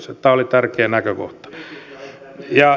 tämä oli tärkeä näkökohta